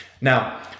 Now